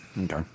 Okay